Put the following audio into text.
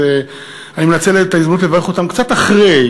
אז אני מנצל את ההזדמנות לברך אותם קצת אחרי,